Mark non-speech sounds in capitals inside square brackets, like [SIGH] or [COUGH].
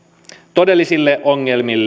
todellisilta ongelmilta [UNINTELLIGIBLE]